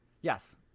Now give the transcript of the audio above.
Yes